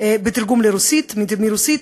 בתרגום מרוסית,